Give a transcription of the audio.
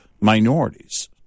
minorities